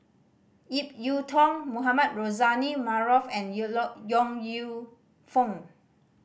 Ip Yiu Tung Mohamed Rozani Maarof and You Lack Yong Lew Foong